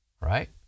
right